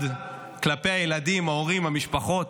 אחד כלפי הילדים, ההורים, המשפחות,